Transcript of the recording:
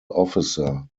officer